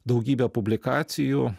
daugybė publikacijų